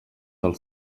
del